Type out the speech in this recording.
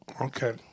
Okay